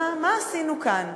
מה עשינו כאן?